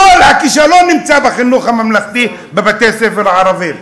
כל הכישלון נמצא בחינוך הממלכתי בבתי-הספר הערביים.